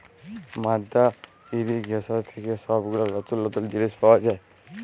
মাদ্দা ইর্রিগেশন থেক্যে সব গুলা লতুল লতুল জিলিস পাওয়া যায়